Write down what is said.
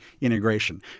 integration